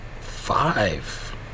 five